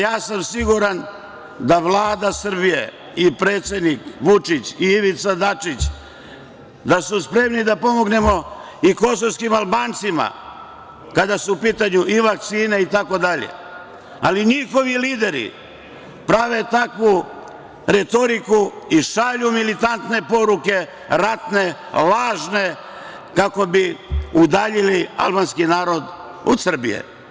Ja sam siguran da su Vlada Srbije i predsednik Aleksandar Vučić i Ivica Dačić spremni da pomognemo i kosovskim Albancima kada su u pitanju i vakcine itd, ali njihovi lideri prave takvu retoriku i šalju militantne poruke, ratne, lažne, kako bi udaljili albanski narod od Srbije.